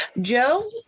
Joe